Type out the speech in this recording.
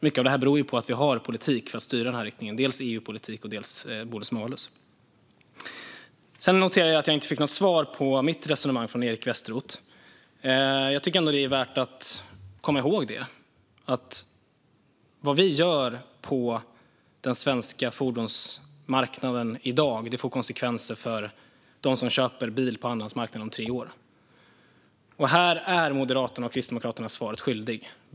Mycket av detta beror på att vi har politik för att styra i denna riktning, dels EU-politik, dels bonus-malus. Sedan noterar jag att jag inte fick något svar från Eric Westroth på mitt resonemang. Jag tycker ändå att det är värt att komma ihåg att vad vi gör på den svenska fordonsmarknaden i dag får konsekvenser för dem som köper bil på andrahandsmarknaden om tre år. Här är Moderaterna och Sverigedemokraterna svaret skyldiga.